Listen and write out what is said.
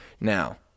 Now